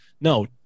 no